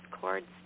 cords